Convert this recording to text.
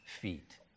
feet